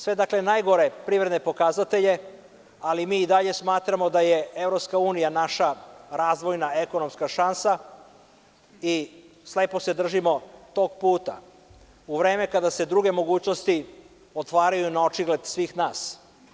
Sve najgore privredne pokazatelje, ali mi i dalje smatramo da je EU naša razvojna ekonomska šansa i slepo se držimo tog puta u vreme kada se druge mogućnosti otvaraju na očigled svih nas.